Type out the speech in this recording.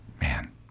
Man